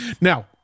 now